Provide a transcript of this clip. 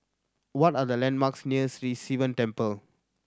what are the landmarks near Sri Sivan Temple